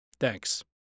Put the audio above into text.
Thanks